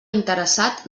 interessat